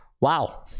Wow